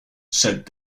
said